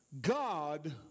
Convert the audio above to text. God